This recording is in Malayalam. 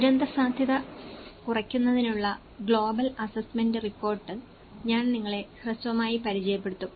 ദുരന്തസാധ്യത കുറയ്ക്കുന്നതിനുള്ള ഗ്ലോബൽ അസസ്മെന്റ് റിപ്പോർട്ട് ഞാൻ നിങ്ങളെ ഹ്രസ്വമായി പരിചയപ്പെടുത്തും